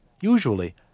Usually